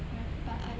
right